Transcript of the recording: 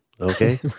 Okay